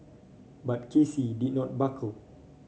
but K C did not buckle